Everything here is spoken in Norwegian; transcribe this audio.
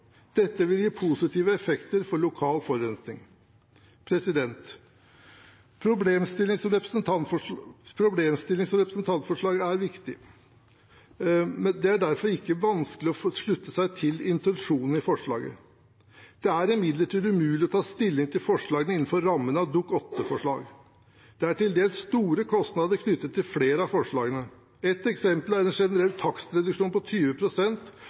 Dette vil gi positiv effekt på lokal forurensning. Problemstillingen som representantforlaget tar opp, er viktig. Det er derfor ikke vanskelig å slutte seg til intensjonene i forslaget. Det er imidlertid umulig å ta stilling til forslagene innenfor rammen av et Dokument 8-forslag. Det er til dels store kostnader knyttet til flere av forslagene. Et eksempel er en generell takstreduksjon på